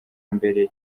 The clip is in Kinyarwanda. mbere